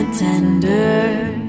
Tender